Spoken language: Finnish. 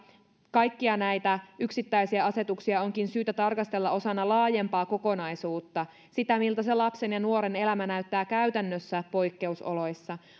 kaikkia näitä yksittäisiä asetuksia onkin syytä tarkastella osana laajempaa kokonaisuutta sitä miltä se lapsen ja nuoren elämä näyttää käytännössä poikkeusoloissa moni